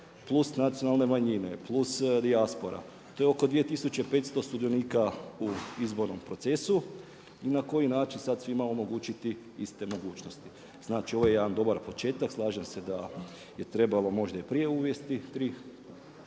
plus nacionalne manjine plus dijaspora to je oko 2500 sudionika u izbornom procesu. I na koji način sada svima omogućiti iste mogućnosti? Znači ovo je jedan dobar početak, slažem se da je trebalo možda i prije uvesti tri